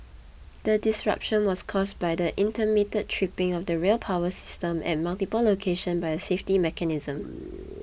the disruption was caused by the intermittent tripping of the rail power system at multiple locations by a safety mechanism